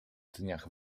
dniach